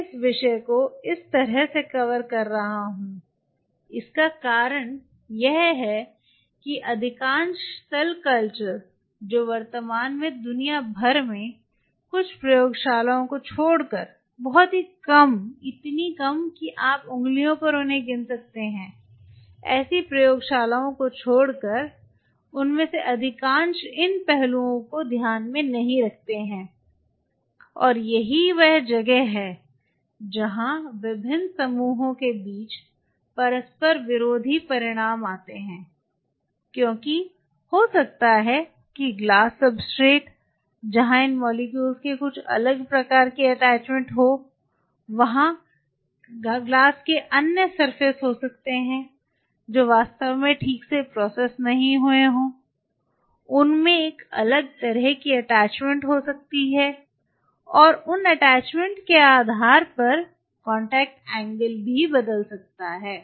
मैं इस विषय को इस तरह से कवर कर रहा हूं इसका कारण यह है कि अधिकांश सेल कल्चर जो वर्तमान में दुनिया भर में कुछ प्रयोगशालाओं को छोड़कर बहुत कम है इतनी कम है कि आप उंगलियों में उन्हें गिन सकते हैं उनमें से अधिकांश इन पहलुओं को ध्यान में नहीं रखते हैं और यही वह जगह है जहां विभिन्न समूहों के बीच परस्पर विरोधी परिणाम आता है क्योंकि हो सकता है कि ग्लास सब्सट्रेट जहां इन मोलेक्युल्स के कुछ अलग प्रकार की अटैचमेंट्स हो वहां कांच की अन्य सरफेस हो सकती है जो वास्तव में ठीक से प्रोसेस नहीं हुई है उनमें एक अलग तरह की अटैचमेंट्स हो सकता है और उन अटैचमेंट्स के आधार पर कांटेक्ट एंगल बदल जाएगा